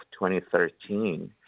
2013